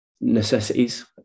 necessities